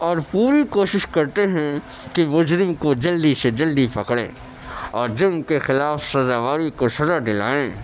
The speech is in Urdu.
اور پوری کوشش کرتے ہیں کہ مجرم کو جلدی سے جلدی پکڑیں اور جرم کے خلاف سزاواری کو سزا دلائیں